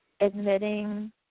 admitting